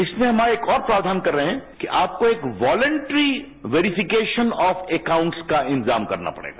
इसमें आज हम एक और प्रावधान कर रहे हैं कि आपको एक वॉलेंट्री वेरीफिकेशन ऑफ अकाउंट्स का इंतजाम करना पड़ेगा